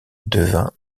devint